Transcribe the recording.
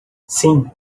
sim